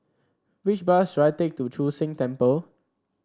which bus should I take to Chu Sheng Temple